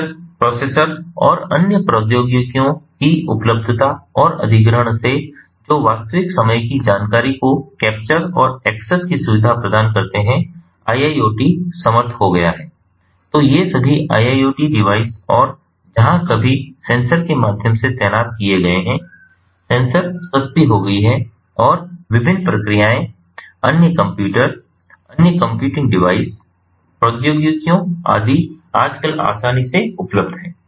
sensor processor और अन्य प्रौद्योगिकियों की उपलब्धता और अधिग्रहण से जो वास्तविक समय की जानकारी को कैप्चर और एक्सेस की सुविधा प्रदान करते हैंIIoT समर्थ हो गया है तो ये सभी IIoT डिवाइस और जहां कभी सेंसर के माध्यम से तैनात किए गए हैं सेंसर सस्ती हो गई हैं और विभिन्न प्रक्रियाएं अन्य कंप्यूटर अन्य कंप्यूटिंग डिवाइस प्रौद्योगिकियों आदि आजकल आसानी से उपलब्ध हैं